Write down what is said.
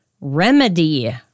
remedy